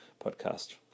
podcast